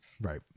Right